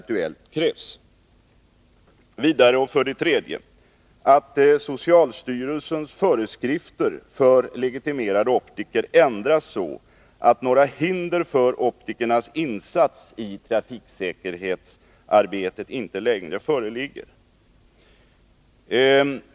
För det tredje: Innebär skrivningen att socialstyrelsens föreskrifter för legitimerade optiker ändras, så att några hinder för optikernas insats i trafiksäkerhetsarbetet inte längre föreligger?